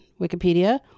Wikipedia